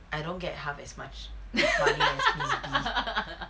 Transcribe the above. I don't get half as much do you know as miss B